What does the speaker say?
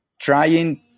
trying